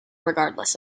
regardless